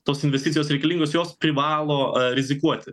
tos investicijos reikalingos jos privalo rizikuoti